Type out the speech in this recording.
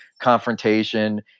confrontation